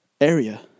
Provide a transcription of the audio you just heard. area